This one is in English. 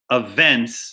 events